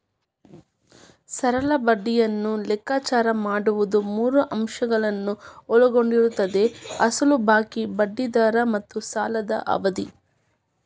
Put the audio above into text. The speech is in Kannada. ಸರಳ ಬಡ್ಡಿಯನ್ನು ಲೆಕ್ಕಾಚಾರ ಮಾಡುವುದು ಮೂರು ಅಂಶಗಳನ್ನು ಒಳಗೊಂಡಿರುತ್ತದೆ ಅಸಲು ಬಾಕಿ, ಬಡ್ಡಿ ದರ ಮತ್ತು ಸಾಲದ ಅವಧಿ